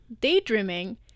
daydreaming